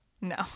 No